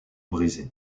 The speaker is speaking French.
brisé